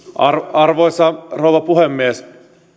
arvoisa rouva puhemies